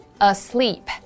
Asleep